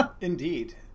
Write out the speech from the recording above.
Indeed